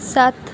सात